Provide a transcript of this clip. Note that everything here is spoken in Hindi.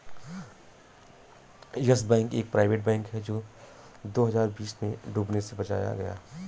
यस बैंक एक प्राइवेट बैंक है जो दो हज़ार बीस में डूबने से बचाया गया